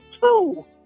two